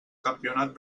campionat